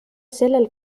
sellel